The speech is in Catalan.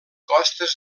costes